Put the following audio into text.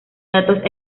datos